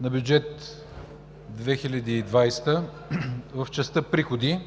на бюджет 2020 г. в частта „Приходи“